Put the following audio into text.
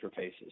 interfaces